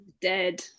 Dead